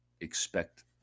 expect